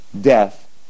death